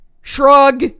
Shrug